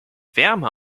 wärme